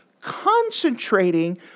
concentrating